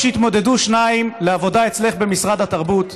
כשיתמודדו שניים לעבודה אצלך במשרד התרבות,